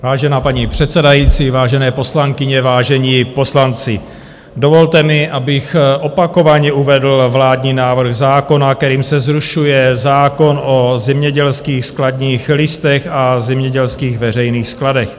Vážená paní předsedající, vážené poslankyně, vážení poslanci, dovolte mi, abych opakovaně uvedl vládní návrh zákona, kterým se zrušuje zákon o zemědělských skladních listech a zemědělských veřejných skladech.